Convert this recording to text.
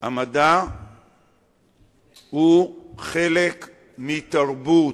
המדע הוא חלק מתרבות.